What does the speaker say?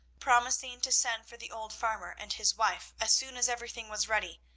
promising to send for the old farmer and his wife as soon as everything was ready,